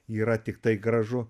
yra tiktai gražu